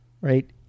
right